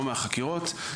לא מהחקירות,